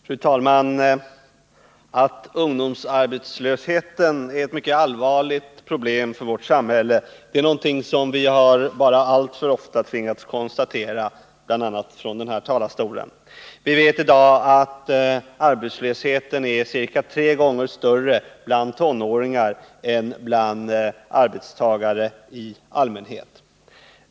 Fru talman! Att ungdomsarbetslösheten är ett mycket allvarligt problem för vårt samhälle är någonting som vi bara alltför ofta tvingats konstatera, bl.a. från riksdagens talarstol. Vi vet att arbetslösheten i dag är ca tre gånger större bland tonåringar än bland arbetstagare i allmänhet.